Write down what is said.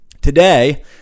Today